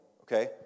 okay